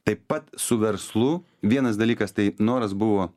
taip pat su verslu vienas dalykas tai noras buvo